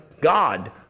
God